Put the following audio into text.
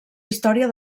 història